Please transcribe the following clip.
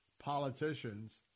politicians